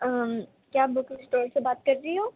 کیا آپ book store سے بات کر رہی ہوں